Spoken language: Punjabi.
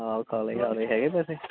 ਹਾ ਹੈਗੇ ਪੈਸੇ